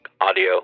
Audio